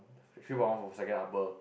three point one for second upper